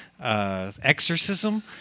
exorcism